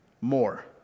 more